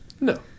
No